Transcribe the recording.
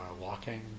walking